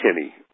kenny